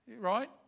right